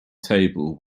table